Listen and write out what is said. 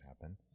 happen